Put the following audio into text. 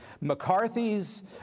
McCarthy's